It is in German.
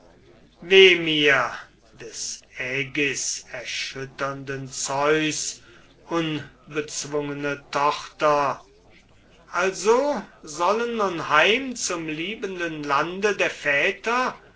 mir des ägiserschütternden zeus unbezwungene tochter also sollen nun heim zum lieben lande der väter